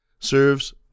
serves